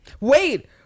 Wait